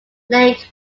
lake